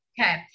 okay